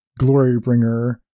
Glorybringer